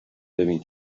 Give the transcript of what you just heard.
ببین